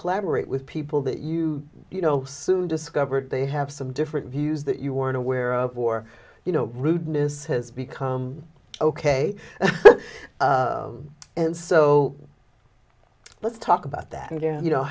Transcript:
collaborate with people that you you know soon discovered they have some different views that you weren't aware of or you know rudeness has become ok and so let's talk about that you know